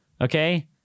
Okay